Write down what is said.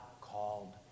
called